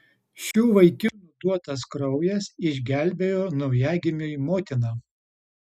šių vaikinų duotas kraujas išgelbėjo naujagimiui motiną